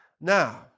Now